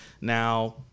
Now